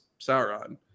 Sauron